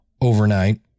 overnight